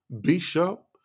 bishop